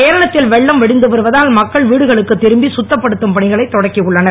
கேரளத்தில் வெள்ளம் வடிந்து வருவதால் மக்கள் வீடுகளுக்கு திரும்பி குத்தப்படுத்தும் பணிகளைத் தொடக்கி உள்ளனர்